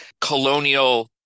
colonial